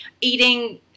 eating